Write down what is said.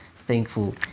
thankful